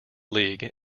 league